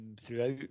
throughout